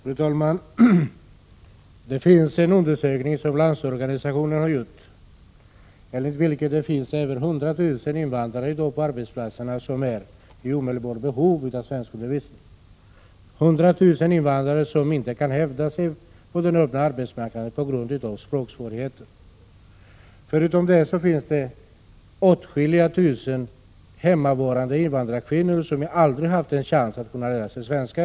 Fru talman! Landsorganisationen har gjort en undersökning, av vilken framgår att det i dag finns över 100 000 invandrare ute på olika arbetsplatser som är i omedelbart behov av svenskundervisning. Det rör sig alltså om 100 000 invandrare som inte kan hävda sig på den öppna arbetsmarknaden på grund av språksvårigheter. Dessutom finns det åtskilliga tusen hemmavarande invandrarkvinnor som aldrig har haft en chans att lära sig svenska.